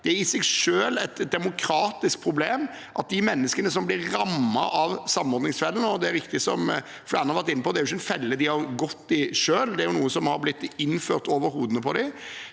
Det er i seg selv et demokratisk problem at de menneskene som blir rammet av samordningsfellen – og det er riktig som flere har vært inne på, det er ikke en felle de har gått i selv, det er noe som har blitt innført over hodene deres